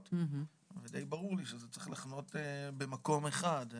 ודי ברור לי שזה צריך לחנות במקום אחד.